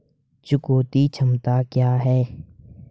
चुकौती क्षमता क्या है?